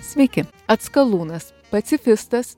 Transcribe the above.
sveiki atskalūnas pacifistas